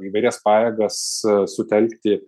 įvairias pajėgas sutelkti